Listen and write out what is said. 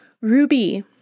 ruby